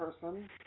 person